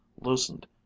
loosened